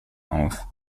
auf